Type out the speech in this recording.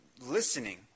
listening